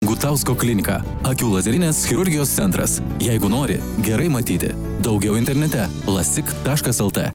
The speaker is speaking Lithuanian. gutausko klinika akių lazerinės chirurgijos centras jeigu nori gerai matyti daugiau internete lasik taškas lt